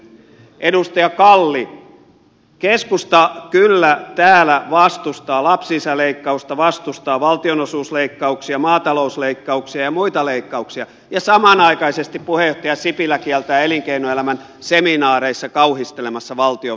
edustaja kalli keskusta kyllä täällä vastustaa lapsilisäleikkausta vastustaa valtionosuusleikkauksia maatalousleikkauksia ja muita leikkauksia ja samanaikaisesti puheenjohtaja sipilä kiertää elinkeinoelämän seminaareissa kauhistelemassa valtion velkaantumista